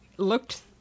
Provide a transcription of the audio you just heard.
looked